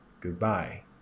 Goodbye